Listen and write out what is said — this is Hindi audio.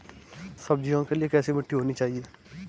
सब्जियों के लिए कैसी मिट्टी होनी चाहिए?